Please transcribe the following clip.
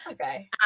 Okay